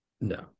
No